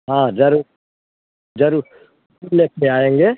हाँ ज़रूर ज़रूर ले कर आएँगे